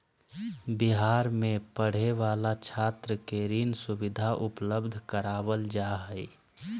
बिहार में पढ़े वाला छात्र के ऋण सुविधा उपलब्ध करवाल जा हइ